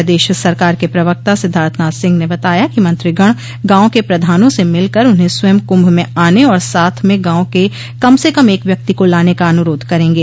प्रदेश सरकार के प्रवक्ता सिद्धार्थनाथ सिंह ने बताया कि मंत्रिगण गांव के प्रधानों से मिलकर उन्हें स्वयं कुंभ में आने और साथ में गांव के कम से कम एक व्यक्ति को लाने का अनुरोध करेंगे